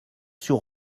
sur